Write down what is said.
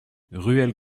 ruelle